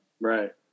Right